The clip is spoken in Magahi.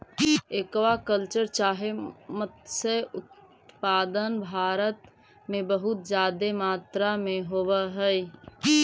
एक्वा कल्चर चाहे मत्स्य उत्पादन भारत में बहुत जादे मात्रा में होब हई